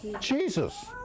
Jesus